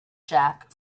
jack